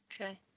Okay